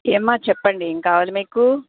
ఏవమ్మా చెప్పండి ఏం కావాలి మీకు